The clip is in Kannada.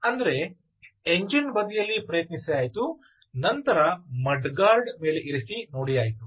ಅಂದರೆ ಎಂಜಿನ್ ಬದಿಯಲ್ಲಿ ಪ್ರಯತ್ನಿಸಿ ಆಯಿತು ನಂತರ ಮಡ್ ಗಾರ್ಡ್ ಮೇಲೆ ಇರಿಸಿ ನೋಡಿ ಆಯಿತು